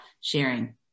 sharing